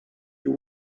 you